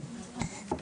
בבקשה.